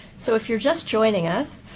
so if you're just joining us,